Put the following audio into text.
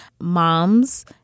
moms